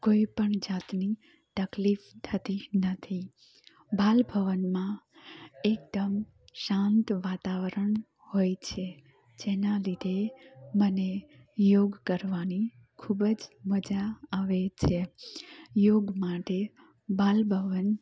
કોઈપણ જાતની તકલીફ થતી નથી બાલભવનમાં એકદમ શાંત વાતાવરણ હોય છે જેના લીધે મને યોગ કરવાની ખૂબજ મજા આવે છે યોગ માટે બાલભવન